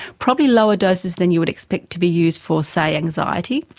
probably lower doses than you would expect to be used for, say, anxiety.